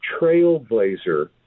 trailblazer